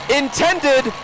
intended